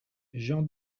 jean